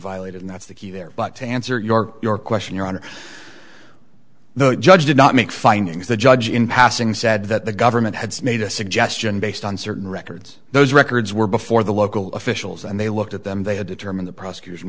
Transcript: violated that's the key there but to answer york your question your honor the judge did not make findings the judge in passing said that the government had made a suggestion based on certain records those records were before the local officials and they looked at them they had determined the prosecut